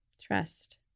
trust